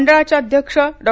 मंडळाच्या अध्यक्षा डॉ